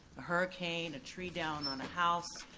hurricane, a tree down on a house,